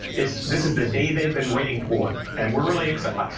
it's this is the day they've been waiting for and we're really excited.